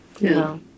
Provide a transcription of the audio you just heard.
No